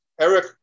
Eric